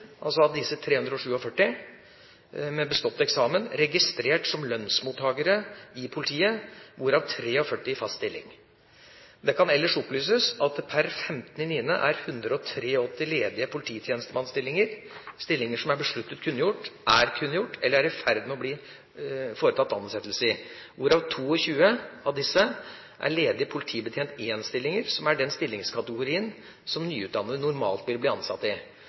med bestått eksamen – registrert som lønnsmottakere i politiet, hvorav 43 i fast stilling. Det kan ellers opplyses at det per 15. september er 183 ledige polititjenestemannsstillinger – stillinger som er besluttet kunngjort, er kunngjort, eller hvor man er i ferd med å foreta ansettelse. 22 av disse er ledige politibetjent 1-stillinger som er den stillingskategorien som nyutdannede normalt vil bli ansatt i.